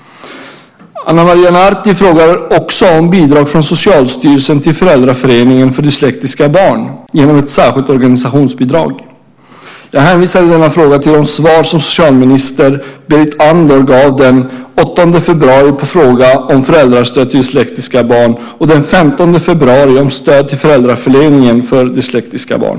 Ana Maria Narti frågar också om bidrag från Socialstyrelsen till Föräldraföreningen för Dyslektiska Barn genom ett särskilt organisationsbidrag. Jag hänvisar i denna fråga till de svar som socialminister Berit Andnor gav den 8 februari på fråga om föräldrastöd till dyslektiska barn och den 15 februari om stöd till Föräldraföreningen för Dyslektiska Barn.